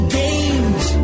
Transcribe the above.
games